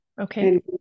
Okay